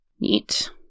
neat